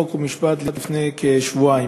חוק ומשפט בסוגיה הזאת.